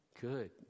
Good